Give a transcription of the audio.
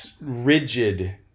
rigid